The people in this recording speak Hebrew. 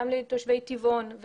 גם לתושבי טבעון,